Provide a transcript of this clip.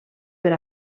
per